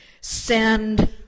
Send